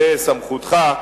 זה סמכותך,